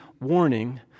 warning